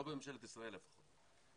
לא בממשלת ישראל לפחות.